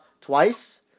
twice